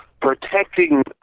protecting